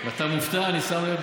אתה מופתע, אני שם לב.